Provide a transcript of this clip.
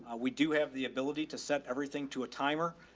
we do have the ability to set everything to a timer.